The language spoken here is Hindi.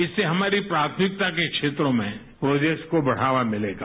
इससे हमारी प्राथमिकता के क्षेत्रों में प्रोग्रेस को बढ़ावा मिलेगा